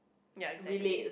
ya exactly